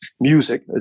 music